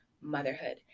motherhood